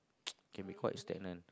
can be quite stagnant